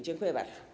Dziękuję bardzo.